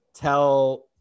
tell